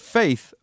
faith